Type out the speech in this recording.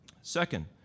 Second